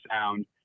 sound